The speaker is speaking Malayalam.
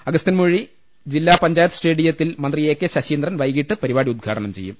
അഗസ്ത്യൻമൂഴിയിലെ ജില്ലാപഞ്ചായത്ത് സ്റ്റേഡിയത്തിൽ മന്ത്രി എ കെ ശ്ശീന്ദ്രൻ വൈകീട്ട് പരിപാടി ഉദ്ഘാടനം ചെയ്യും